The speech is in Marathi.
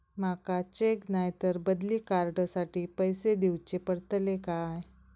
माका चेक नाय तर बदली कार्ड साठी पैसे दीवचे पडतले काय?